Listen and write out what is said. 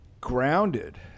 grounded